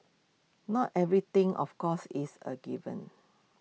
not everything of course is A given